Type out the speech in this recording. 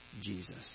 Jesus